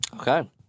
okay